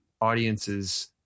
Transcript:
audience's